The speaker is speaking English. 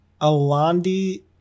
Alandi